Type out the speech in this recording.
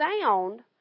sound